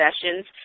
sessions